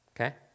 Okay